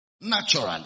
naturally